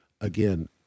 Again